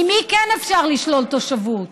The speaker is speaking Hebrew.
ממי כן אפשר לשלול תושבות?